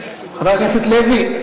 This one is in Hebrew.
חבר הכנסת לוי,